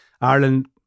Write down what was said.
Ireland